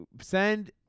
send